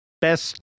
best